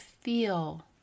feel